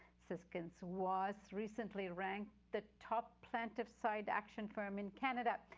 siskinds was recently ranked the top plaintiff-side action firm in canada.